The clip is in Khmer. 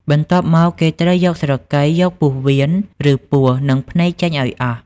បន្ទាប់មក គេត្រូវយកស្រកី យកពោះវៀន ឬពោះ និងភ្នែកចេញឱ្យអស់។